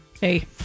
Hey